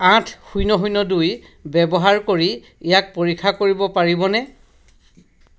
আঠ শূন্য শূন্য দুই ব্যৱহাৰ কৰি ইয়াক পৰীক্ষা কৰিব পাৰিবনে